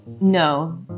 No